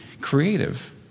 creative